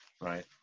Right